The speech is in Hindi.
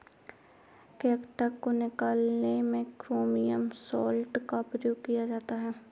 कैटगट को निकालने में क्रोमियम सॉल्ट का प्रयोग किया जाता है